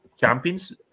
champions